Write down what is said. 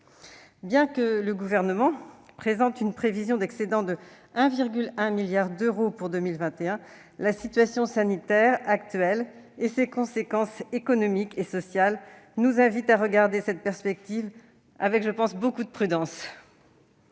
Bien que le Gouvernement présente une prévision d'excédent de 1,1 milliard d'euros pour 2021, la situation sanitaire actuelle et ses conséquences économiques et sociales nous invitent à envisager cette hypothèse avec beaucoup de prudence.